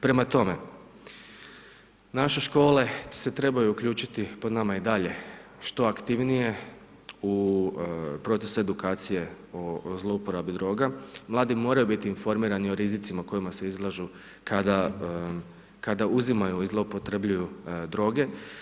Prema tome, naše škole se trebaju uključiti po nama i dalje što aktivnije u proces edukacije o zlouporabi droga, mladi moraju biti informirani o rizicima kojima se izlažu kada uzimaju i zloupotrjebljavaju droge.